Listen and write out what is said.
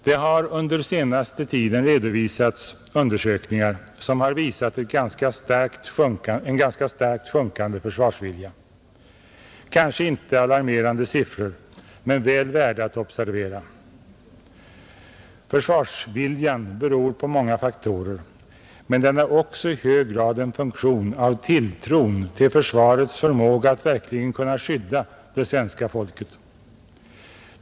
Det har under senaste tiden redovisats undersökningar, som har visat en ganska starkt sjunkande försvarsvilja. Kanske inte alarmerande siffror, men väl värda att observera. Försvarsviljan beror på många faktorer, men den är också i hög grad en funktion av tilltron till försvarets förmåga att verkligen skydda det svenska folket.